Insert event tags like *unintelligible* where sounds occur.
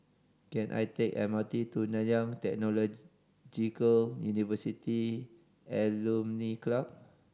can I take M R T to Nanyang *unintelligible* University Alumni Club